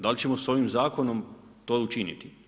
Da li ćemo ovim zakonom to učiniti?